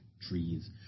trees